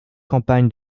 campagnes